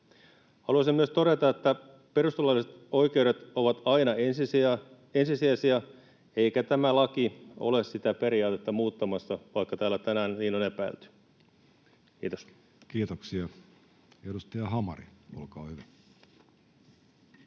Haluaisin myös todeta, että perustuslailliset oikeudet ovat aina ensisijaisia eikä tämä laki ole sitä periaatetta muuttamassa, vaikka täällä tänään niin on epäilty. — Kiitos. Kiitoksia. — Edustaja Hamari, olkaa hyvä.